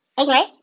Okay